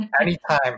Anytime